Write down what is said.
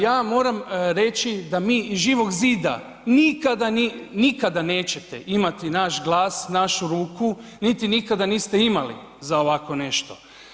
Ja moram reći da mi iz Živog zida nikada, nikada neće imati naš glas, našu ruku, niti nikada niste imali za ovako nešto.